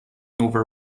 over